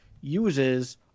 uses